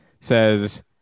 says